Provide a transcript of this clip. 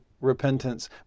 repentance